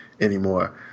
anymore